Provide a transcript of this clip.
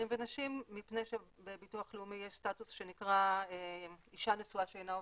ונשים מפני שבביטוח לאומי יש סטטוס שנקרא אישה נשואה שאינה עובדת,